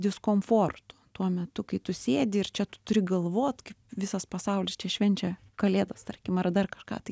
diskomfortu tuo metu kai tu sėdi ir čia tu turi galvot kaip visas pasaulis čia švenčia kalėdas tarkim ar dar kažką tai